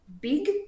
big